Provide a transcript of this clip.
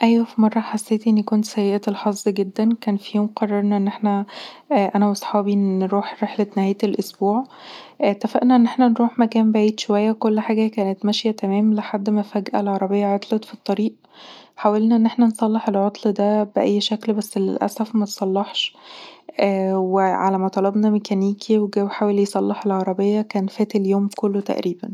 أيوة، في مرة حسيت إني كنت سيئه الحظ جدًا كان في يوم قررنا ان احنا أنا وأصحابي ان نروح رحلة نهاية الأسبوع. اتفقنا ان احنا نروح مكان بعيد شوية، وكل حاجة كانت ماشية تمام. لحد ما فجأة العربية عطلت في الطريق حاولنا ان احنا نصلح العطل ده بأي شكل بس للأسف متصلحش وعلي ما طلبنا ميكانيكي وجه وحاول يصلح العربيه كان فات اليوم كله تقريبا